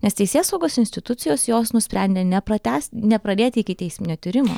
nes teisėsaugos institucijos jos nusprendė nepratęst nepradėti ikiteisminio tyrimo